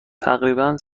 تقریبا